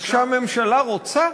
שכשהממשלה רוצה,